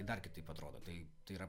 dar kitaip atrodo tai tai yra